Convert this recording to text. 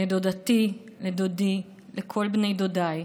לדודתי, לדודי, לכל בני דודיי.